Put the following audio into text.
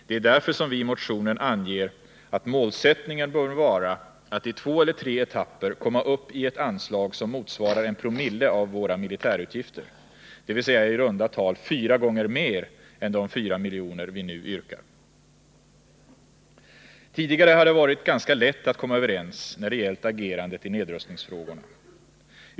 Det är därför som vi i motionen anger att målsättningen bör vara att i två eller tre etapper komma upp i ett anslag som motsvarar 1900 av våra militärutgifter, dvs. i runda tal fyra gånger mer än de 4 miljoner vi nu yrkar. Tidigare har det varit ganska lätt att komma överens när det gällt agerandet i nedrustningsfrågorna.